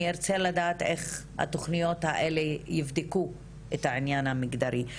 אני ארצה לדעת איך התוכניות האלה יבדקו את הענין המגדרי.